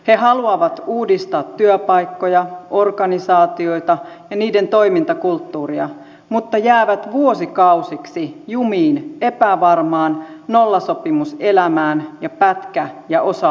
he haluavat uudistaa työpaikkoja organisaatioita ja niiden toimintakulttuuria mutta jäävät vuosikausiksi jumiin epävarmaan nollasopimuselämään ja pätkä ja osa aikatyöhön